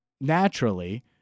naturally